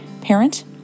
parent